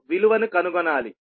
విలువను కనుగొనాలి